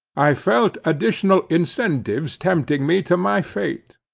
i felt additional incentives tempting me to my fate.